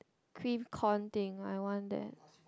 cream corn thing I want that